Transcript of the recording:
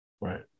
right